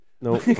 No